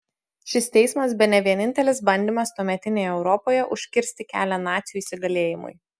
šis teismas bene vienintelis bandymas tuometinėje europoje užkirsti kelią nacių įsigalėjimui